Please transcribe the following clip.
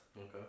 Okay